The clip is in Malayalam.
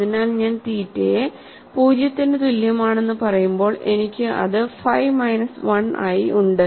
അതിനാൽ ഞാൻ തീറ്റയെ 0 ന് തുല്യമാണെന്ന് പറയുമ്പോൾ എനിക്ക് ഇത് 5 മൈനസ് 1ആയി ഉണ്ട്